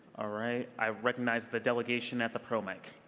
ah right. i recognize the delegation at the pro mic.